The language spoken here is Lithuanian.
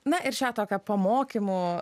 na ir šią tokio pamokymo